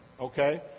okay